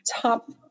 top